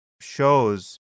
shows